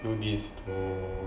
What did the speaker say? do this oh